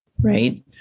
right